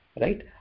right